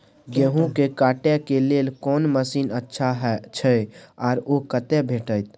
गेहूं के काटे के लेल कोन मसीन अच्छा छै आर ओ कतय भेटत?